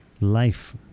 life